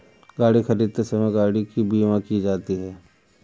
गाड़ी खरीदते समय गाड़ी की बीमा की जाती है